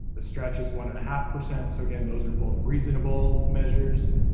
the stretch is one and a half percent. so again those are both reasonable measures.